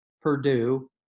Purdue